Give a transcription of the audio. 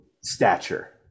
stature